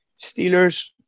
Steelers